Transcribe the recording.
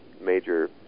major